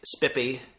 Spippy